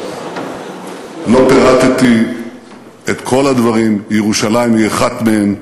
לא פירטתי את כל הדברים, וירושלים היא אחד מהם,